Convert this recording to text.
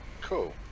Cool